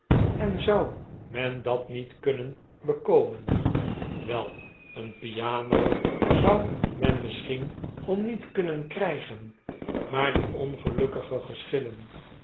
en zou men dat niet kunnen bekomen wel een piano zou men misschien om niet kunnen krijgen maar die ongelukkige geschillen